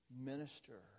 minister